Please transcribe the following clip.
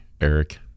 Eric